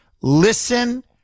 Listen